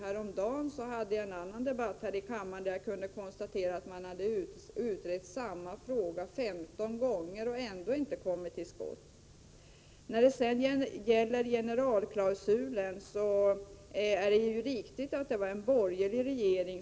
Häromdagen hade jag en annan debatt i kammaren och kunde konstatera att man hade utrett samma fråga 15 gånger och ändå inte kommit till skott. Det är riktigt att generalklausulen infördes av en borgerlig regering.